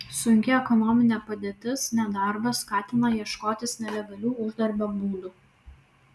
sunki ekonominė padėtis nedarbas skatina ieškotis nelegalių uždarbio būdų